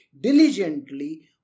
diligently